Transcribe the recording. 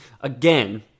Again